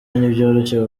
ntibyoroshye